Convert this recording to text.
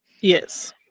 yes